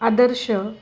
आदर्श